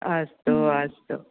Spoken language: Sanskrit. अस्तु अस्तु